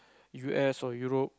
U S or Europe